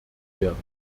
werden